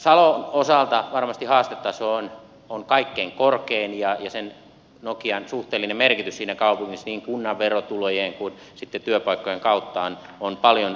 salon osalta varmasti haastetaso on kaikkein korkein ja nokian suhteellinen merkitys siinä kaupungissa niin kunnan verotulojen kuin sitten työpaikkojen kautta on paljon suurempi